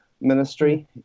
ministry